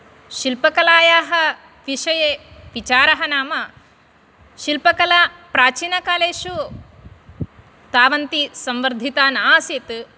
शिल्पकलायाः विषये विचारः नाम शिल्पकला प्राचीनकालेषु तावन्ती संवर्धिता न आसीत्